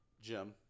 Jim